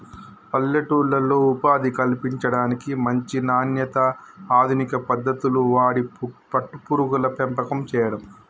పల్లెటూర్లలో ఉపాధి కల్పించడానికి, మంచి నాణ్యత, అధునిక పద్దతులు వాడి పట్టు పురుగుల పెంపకం చేయడం